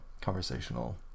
conversational